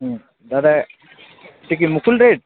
হুম দাদা এটা কি মুকুল